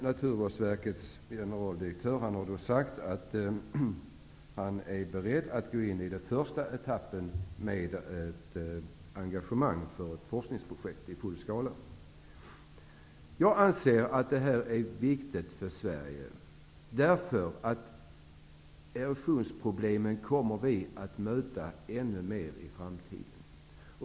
Naturvårdsverkets generaldirektör sade då att han är beredd att gå in i den första etappen av ett forskningsprojekt i full skala. Jag anser att det här är viktigt för Sverige. Erosionsproblemen kommer vi att möta ännu mer i framtiden.